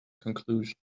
conclusion